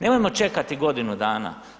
Nemojmo čekati godinu dana.